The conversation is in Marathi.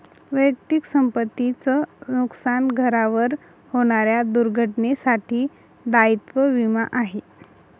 वैयक्तिक संपत्ती च नुकसान, घरावर होणाऱ्या दुर्घटनेंसाठी दायित्व विमा आहे